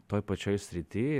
toj pačioj srity